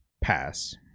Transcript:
pass